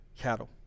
cattle